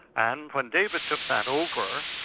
and when david took that over,